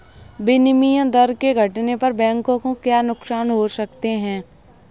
विनिमय दरों के घटने पर बैंकों को क्या नुकसान हो सकते हैं?